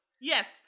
Yes